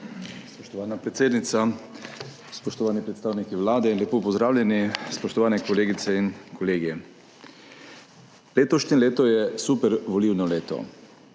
Spoštovana predsednica, spoštovani predstavniki Vlade lepo pozdravljeni! Spoštovani kolegice in kolegi! Letošnje leto je super volilno leto.